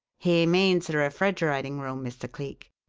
he means the refrigerating room, mr. cleek,